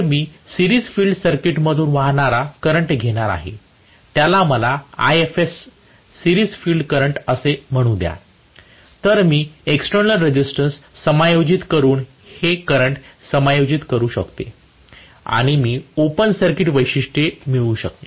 तर मी series field सर्किटमधून वाहणारा करंट घेणार आहे त्याला मला Ifs सिरीज फील्ड करंट असे म्हणू द्या तर मी एक्स्टर्नल रेजिस्टन्स समायोजित करून हे करंट समायोजित करू शकते आणि मी ओपन सर्किट वैशिष्ट्य मिळवू शकेल